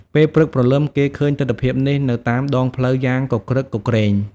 ពេលព្រឹកព្រលឹមគេឃើញទិដ្ឋភាពនេះនៅតាមដងផ្លូវយ៉ាងគគ្រឹកគគ្រេង។